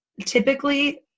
typically